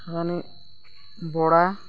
ᱦᱟᱱᱤ ᱵᱚᱲᱟ